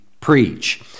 preach